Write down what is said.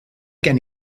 gen